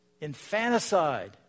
Infanticide